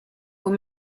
hoe